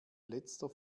letzter